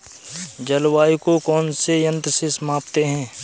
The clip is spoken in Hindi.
जलवायु को कौन से यंत्र से मापते हैं?